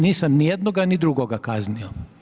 Nisam niti jednoga, ni drugoga kaznio.